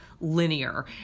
linear